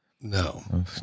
no